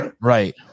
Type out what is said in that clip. right